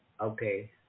Okay